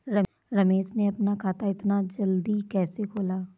रमेश ने अपना खाता इतना जल्दी कैसे खोला?